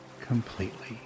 completely